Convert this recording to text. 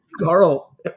Carl